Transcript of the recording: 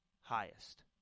highest